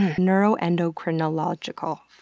neuroendocrono logical.